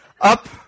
up